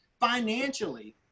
financially